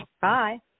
Bye